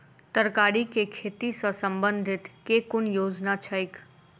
तरकारी केँ खेती सऽ संबंधित केँ कुन योजना छैक?